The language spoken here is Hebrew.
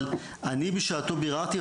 אבל אני בשעתו ביררתי,